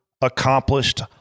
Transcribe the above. accomplished